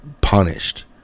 punished